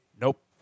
Nope